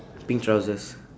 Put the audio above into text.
pink trousers